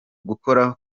gukora